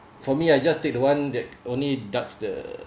for me I just take the one that only deducts the